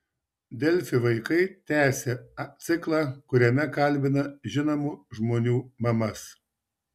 delfi vaikai tęsia ciklą kuriame kalbina žinomų žmonių mamas